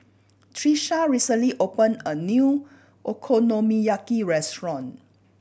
Tisha recently opened a new Okonomiyaki restaurant